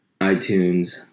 iTunes